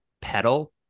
pedal